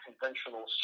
conventional